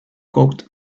caught